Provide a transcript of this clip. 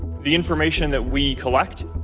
the information that we collect,